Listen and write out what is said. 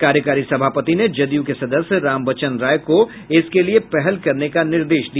कार्यकारी सभापति ने जदयू के सदस्य रामवचन राय को इसके लिए पहल करने का निर्देश दिया